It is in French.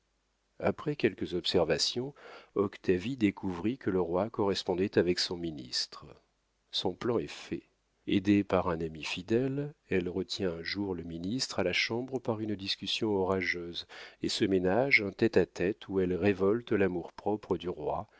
après quelques observations octavie découvrit que le roi correspondait avec son ministre son plan est fait aidée par un ami fidèle elle retient un jour le ministre à la chambre par une discussion orageuse et se ménage un tête-à-tête où elle révolte l'amour-propre du roi